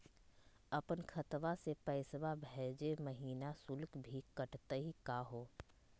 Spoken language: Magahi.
अपन खतवा से पैसवा भेजै महिना शुल्क भी कटतही का हो?